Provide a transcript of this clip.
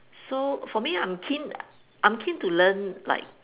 so for me I'm keen I'm keen to learn like